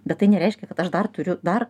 bet tai nereiškia kad aš dar turiu dar